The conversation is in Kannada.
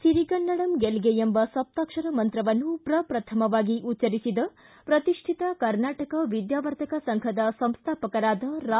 ಸಿರಿಗನ್ನಡಂ ಗೆಲ್ಲೆ ಎಂಬ ಸಪ್ತಾಕ್ಷರ ಮಂತ್ರವನ್ನು ಪ್ರಪ್ರಥಮವಾಗಿ ಉಚ್ಚರಿಸಿದ ಪ್ರತಿಷ್ಠಿತ ಕರ್ನಾಟಕ ವಿದ್ಯಾವರ್ಧಕ ಸಂಘದ ಸಂಸ್ಥಾಪಕರಾದ ರಾ